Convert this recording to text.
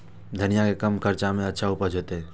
धनिया के कम खर्चा में अच्छा उपज होते?